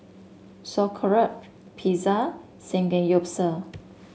Sauerkraut Pizza Samgeyopsal